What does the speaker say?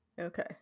okay